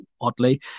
oddly